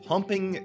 Pumping